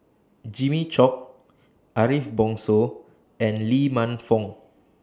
Jimmy Chok Ariff Bongso and Lee Man Fong